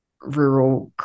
rural